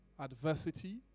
adversity